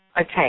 okay